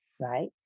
right